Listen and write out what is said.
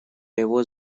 его